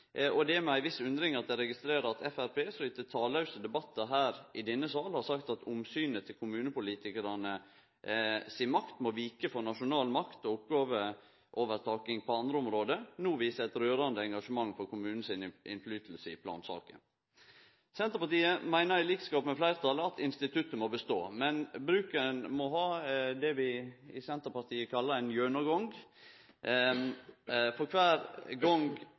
Og det er med ei viss undring eg registrerer at Framstegspartiet – som etter tallause debattar her i denne salen har sagt at omsynet til kommunepolitikarane si makt må vike for nasjonal makt og oppgåveovertaking på andre område – no viser eit rørande engasjement for kommunane sin innflytelse i plansaker. Senterpartiet meiner i likskap med fleirtalet at instituttet må bestå, men bruken må ha det vi i Senterpartiet kallar ein «gjønågong». For kvar gong